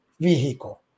vehicle